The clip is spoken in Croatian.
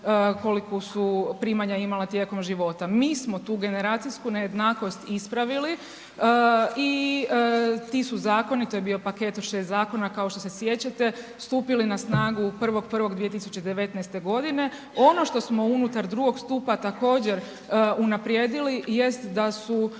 koliku su primanja imala tijekom života. Mi smo tu generacijsku nejednakost ispravili i ti su zakoni, to je bio paket od 6 zakona kao što se sjećate stupili na snagu 1.1.2019. godine. Ono što smo unutar drugog stupa također unaprijedili jest da su